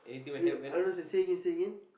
wait wait I was like say again say again